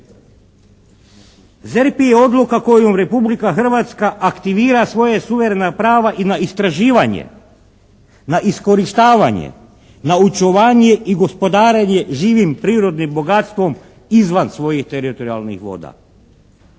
ZERP je odluka kojom Republika Hrvatske aktivira svoja suverena prava i na istraživanje, na iskorištavanje, na očuvanje i gospodarenje živim prirodnim bogatstvom izvan svojih teritorijalnih voda.